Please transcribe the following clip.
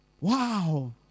Wow